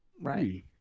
Right